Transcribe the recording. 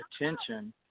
attention